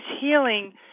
healing